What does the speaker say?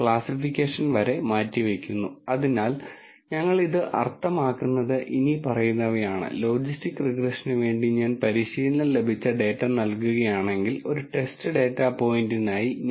classification പ്രോബ്ളങ്ങൾ എന്തൊക്കെയാണെന്ന് നോക്കാം പൊതുവായി ലേബൽ ചെയ്തിരിക്കുന്ന ഡാറ്റയുള്ള പ്രോബ്ളങ്ങളാണ് ഇവ ലേബൽ എന്താണ് അർത്ഥമാക്കുന്നത് എന്ന് ഞാൻ വിശദീകരിക്കും നിങ്ങൾക്ക് ഒരു പുതിയ ഡാറ്റ ലഭിക്കുമ്പോഴെല്ലാം ആ ഡാറ്റയ്ക്ക് ഒരു ലേബൽ നൽകണമെന്ന് നിങ്ങൾ ആഗ്രഹിക്കുന്നു